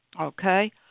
okay